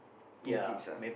two kids ah